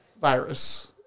virus